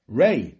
ray